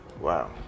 wow